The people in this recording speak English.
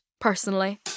personally